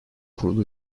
kurulu